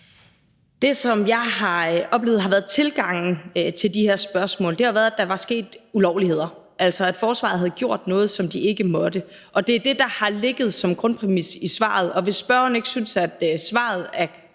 Det, som jeg har oplevet har været tilgangen til de her spørgsmål, har været, at der var sket ulovligheder, altså at forsvaret havde gjort noget, som de ikke måtte, og det er det, der har ligget som grundpræmis i svaret. Hvis spørgeren ikke synes, at svaret er